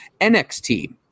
NXT